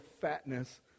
fatness